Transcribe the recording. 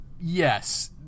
yes